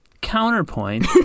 Counterpoint